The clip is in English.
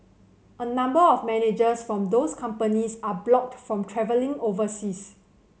a number of managers from those companies are blocked from travelling overseas